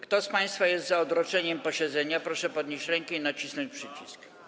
Kto z państwa jest za odroczeniem posiedzenia, proszę podnieść rękę i nacisnąć przycisk.